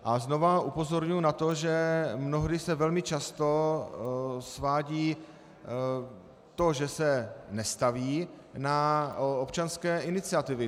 A znovu upozorňuji na to, že mnohdy se velmi často svádí to, že se nestaví, na občanské iniciativy.